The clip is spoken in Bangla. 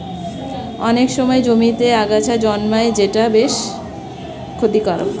অনেক সময় জমিতে আগাছা জন্মায় যেটা বেশ ক্ষতিকারক